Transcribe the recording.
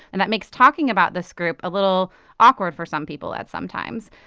and that makes talking about this group a little awkward for some people at some times.